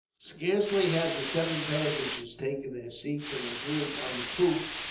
scarcely had the seven passengers taken their seats in a group, on the poop,